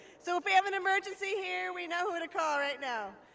so if you have an emergency here, we know who to call right now.